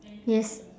yes